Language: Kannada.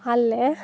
ಅಲ್ಲೆ